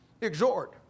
exhort